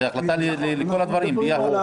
היא החלטה לכל הדברים ביחד,